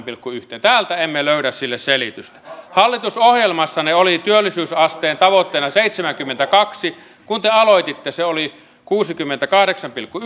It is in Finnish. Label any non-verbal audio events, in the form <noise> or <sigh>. <unintelligible> pilkku yhteen täältä emme löydä sille selitystä hallitusohjelmassanne oli työllisyysasteen tavoitteena seitsemänkymmentäkaksi kun te aloititte se oli kuusikymmentäkahdeksan pilkku <unintelligible>